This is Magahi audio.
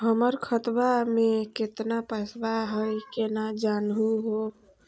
हमर खतवा मे केतना पैसवा हई, केना जानहु हो?